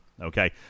okay